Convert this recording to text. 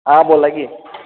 हां बोला की